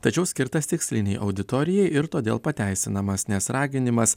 tačiau skirtas tikslinei auditorijai ir todėl pateisinamas nes raginimas